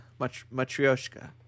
Matryoshka